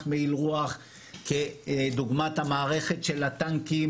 מעיל רוח כדוגמת המערכת של הטנקים,